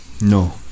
No